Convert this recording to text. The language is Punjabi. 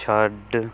ਛੱਡ